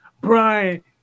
Brian